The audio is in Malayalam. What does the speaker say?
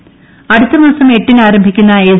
സി അടുത്ത മാസം എട്ടിന് ആരംഭിക്കുന്ന എസ്